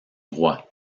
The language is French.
droits